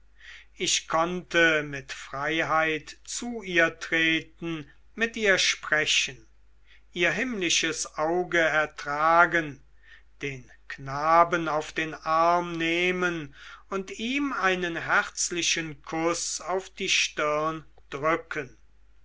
ich konnte mit freiheit zu ihr treten mit ihr sprechen ihr himmlisches auge ertragen den knaben auf den arm nehmen und ihm einen herzlichen kuß auf die stirn drücken